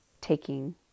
taking